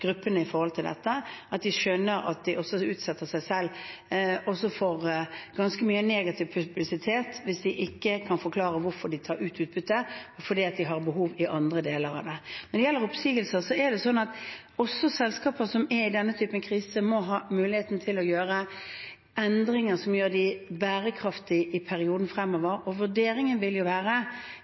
gruppene når det gjelder dette, og at de skjønner at de også utsetter seg selv for ganske mye negativ publisitet hvis de ikke kan forklare hvorfor de tar ut utbytte, fordi de har behov i andre deler av selskapet. Når det gjelder oppsigelser, er det sånn at også selskaper som er i denne typen kriser, må ha muligheten til å gjøre endringer som gjør dem bærekraftige i perioden fremover, og vurderingen vil jo være: